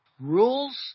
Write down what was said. Rules